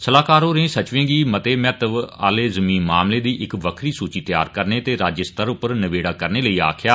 सलाहकार होरें सचिवें गी मते महत्त्वे आहले जर्मी मामले दी इक बक्खरी सूचि तैयार करने ते राज्य स्तर पर नबेड़ा करने लेई आक्खेया